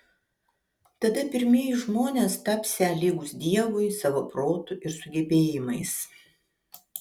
tada pirmieji žmonės tapsią lygūs dievui savo protu ir sugebėjimais